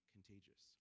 contagious